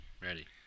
Ready